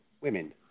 Women